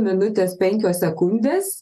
minutės penkios sekundės